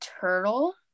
turtle